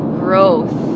growth